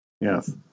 Yes